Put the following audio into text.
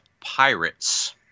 Pirates